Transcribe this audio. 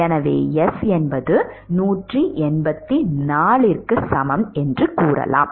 எனவே S என்பது 184 க்கு சமம் என்று கூறலாம்